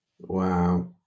wow